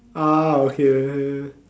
ah okay okay